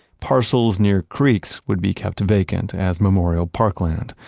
parcels near creeks would be kept vacant, as memorial parkland,